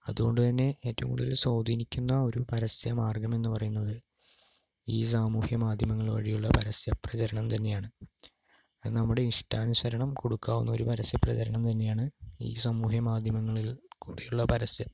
അതുകൊണ്ടു തന്നെ ഏറ്റവും കൂടുതൽ സ്വാധീനിക്കുന്ന ഒരു പരസ്യ മാർഗം എന്ന് പറയുന്നത് ഈ സാമൂഹ്യ മാധ്യമങ്ങൾ വഴി ഉള്ള പരസ്യപ്രചരണം തന്നെ ആണ് അത് നമ്മുടെ ഇഷ്ടാനുസരണം കൊടുക്കാവുന്ന ഒരു പരസ്യ പ്രചരണം തന്നെയാണ് ഈ സാമൂഹ്യ മാധ്യമങ്ങളിൽ കൂടെ ഉള്ള പരസ്യം